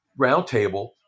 roundtable